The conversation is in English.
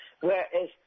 Whereas